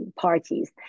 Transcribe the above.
parties